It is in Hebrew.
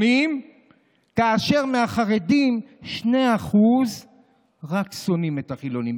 כאשר מהחרדים רק 2% שונאים את החילונים,